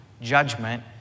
judgment